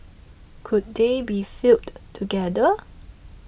could they be fielded together